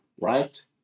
right